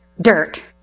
dirt